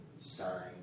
sign